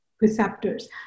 receptors